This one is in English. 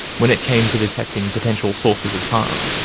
when it came to detecting potential sources of harm.